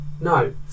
No